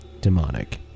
demonic